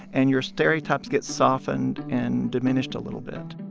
and your stereotypes get softened and diminished a little bit